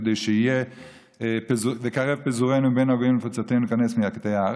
כדי שיהיה "וקרב פזורינו מבין הגויים ונפוצותינו כנס מירכתי ארץ",